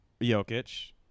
Jokic